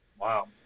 Wow